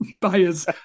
buyers